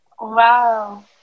wow